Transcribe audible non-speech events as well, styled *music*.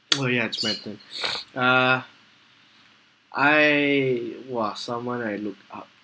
oh ya it's my turn *noise* uh I !wah! someone I look up